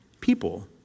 people